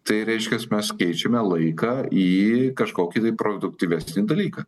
tai reiškias mes keičiame laiką į kažkokį tai produktyvesni dalyką